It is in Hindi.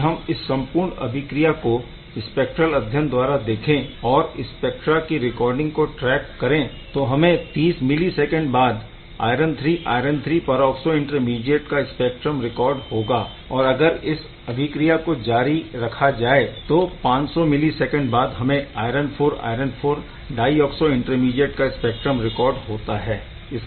यदि हम इस संपूर्ण अभिक्रिया को स्पेक्ट्रल अध्ययन द्वारा देखें और स्पेक्ट्रा की रिकॉर्डिंग को ट्रैक करें तो हमें 30 मिलीसैकेन्ड बाद iron III iron III peroxo intermediate का स्पेक्ट्रा रिकॉर्ड होगा और अगर इस अभिक्रिया को जारी रखा जाए तो 500 मिलीसैकेन्ड बाद हमें iron IV iron IV dioxo intermediate का स्पेक्ट्रा रिकॉर्ड होता है